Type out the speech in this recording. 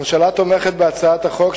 הממשלה תומכת בהצעת החוק,